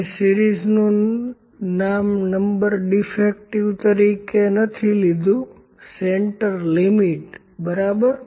મેં સીરિઝનું નામ નંબર ડીફેક્ટિવ તરીકે નથી લિધુસેન્ટર લિમિટ બરાબર